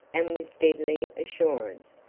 and with deadly assurance.